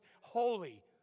holy